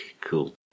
cool